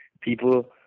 People